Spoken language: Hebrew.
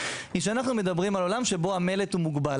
זה שאנחנו מדברים על עולם שבו המלט הוא מוגבל.